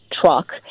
truck